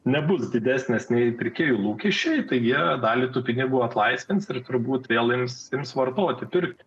nebus didesnės nei pirkėjų lūkesčiai taigi dalį tų pinigų atlaisvins ir turbūt vėl ims ims vartoti pirkti